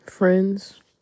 Friends